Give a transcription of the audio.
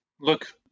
look